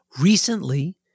recently